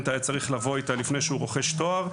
היה צריך לבוא איתה לפני שהוא רוכש תואר,